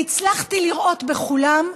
והצלחתי לראות בכולם,